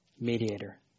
mediator